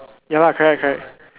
ya lah correct correct